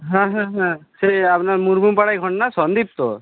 হ্যাঁ হ্যাঁ হ্যাঁ সেই আপনার মুর্মু পাড়ায় ঘর না সন্দীপ তো